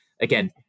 Again